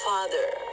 Father